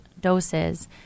doses